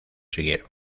siguieron